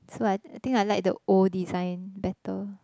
so I I think I like the old design better